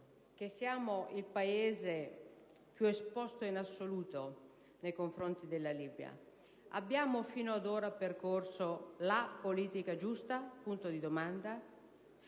che siamo il Paese più esposto in assoluto nei confronti della Libia, abbiamo fino ad ora intrapreso la politica giusta? Mi permetto